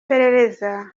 perereza